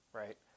right